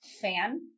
Fan